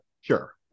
sure